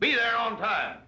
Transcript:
be there on time